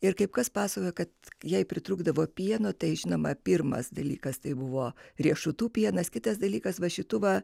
ir kaip kas pasakojo kad jei pritrūkdavo pieno tai žinoma pirmas dalykas tai buvo riešutų pienas kitas dalykas va šitų va